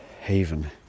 haven